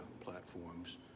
platforms